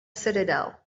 citadel